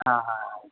ಹಾಂ ಹಾಂ